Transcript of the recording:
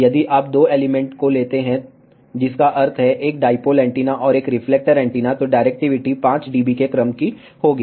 यदि आप दो एलिमेंट को लेते हैं जिसका अर्थ है एक डाईपोल एंटीना और एक रिफ्लेक्टर एंटीना तो डायरेक्टिविटी 5 डीबी के क्रम की होगी